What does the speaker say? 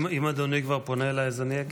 אם אדוני כבר פונה אליי אז אני אגיב.